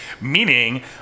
meaning